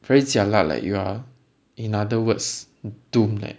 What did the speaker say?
very jialat leh you are in other words doomed leh